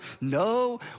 No